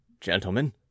Gentlemen